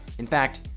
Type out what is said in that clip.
in fact,